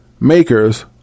makers